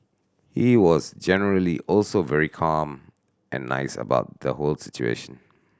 he was generally also very calm and nice about the whole situation